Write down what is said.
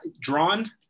drawn